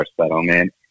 settlement